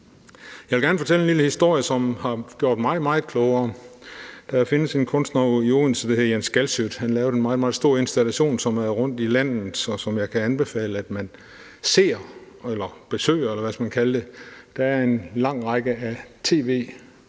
Jeg vil gerne fortælle en lille historie, som har gjort mig meget klogere. Der findes en kunstner i Odense, der hedder Jens Galschiøt, og han lavede en meget, meget stor installation, som er rundt i landet, og som jeg kan anbefale man ser eller besøger, eller hvad man skal